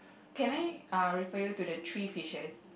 can I uh refer you to the three fishes